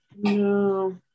No